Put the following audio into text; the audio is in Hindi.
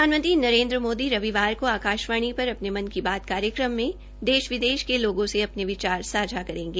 प्रधानमंत्री नरेन्द्र मोदी रविवार को आकाशवाणी पर अपने मन की बात कार्यक्रम में देश विदेश के लोगों से अपना विचार सांझा करेंगे